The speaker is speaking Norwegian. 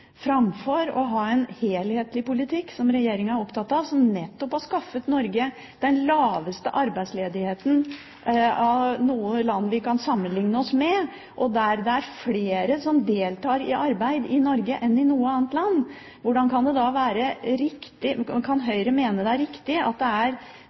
framfor å ha en helhetlig politikk, slik som regjeringen er opptatt av, og som nettopp har skaffet Norge den laveste arbeidsledigheten av noe land vi kan sammenlikne oss med. Flere i Norge deltar i arbeid enn i noe annet land. Hvordan kan Venstre mene det er riktig at det virkemiddelet man skal ty til, er